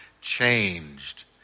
changed